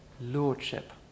lordship